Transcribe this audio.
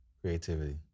Creativity